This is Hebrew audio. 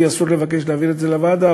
לי אסור לבקש להעביר את זה לוועדה,